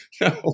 no